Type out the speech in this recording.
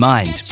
Mind